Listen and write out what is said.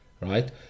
Right